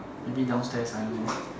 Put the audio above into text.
maybe downstairs I don't know